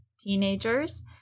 teenagers